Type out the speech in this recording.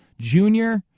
junior